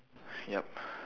yup